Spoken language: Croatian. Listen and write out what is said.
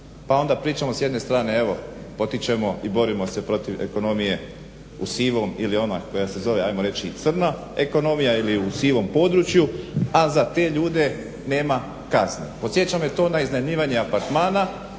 Pa onda pričamo s jedne strane evo potičemo i borimo se protiv ekonomije u sivom ili ona koja se zove crna ekonomija ili u sivom području, a za te ljude nema kazni. Podsjeća me to na iznajmljivanje apartmana